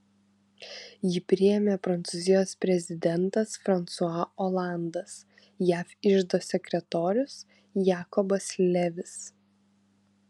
jį priėmė prancūzijos prezidentas fransua olandas jav iždo sekretorius jakobas levis